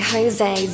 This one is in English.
Jose